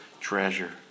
treasure